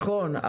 נכון,